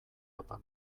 apal